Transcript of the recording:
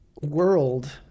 world